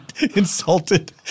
insulted